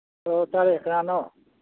ꯑꯣ ꯇꯥꯔꯦ ꯀꯅꯥꯅꯣ